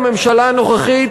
בממשלה הנוכחית,